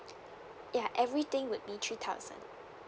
ya everything would be three thousand